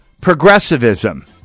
progressivism